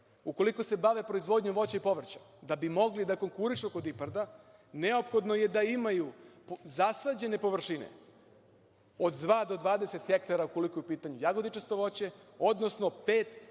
Ukoliko se bave proizvodnjom voća i povrća, da bi mogli da konkurišu kod IPARD-a, neophodno je da imaju zasađene površine od dva do 20 hektara ukoliko je u pitanju jagodičasto voće, odnosno od